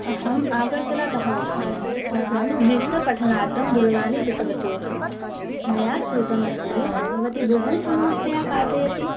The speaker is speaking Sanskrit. अहम् आगर्तलातः अस्मि अहं नृत्यपठनार्थं दूरवाणी कृतवती अस्मि मया श्रुतमस्ति भवती बहुसम्यक्तया पाठयति